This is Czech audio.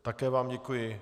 Také vám děkuji.